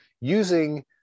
using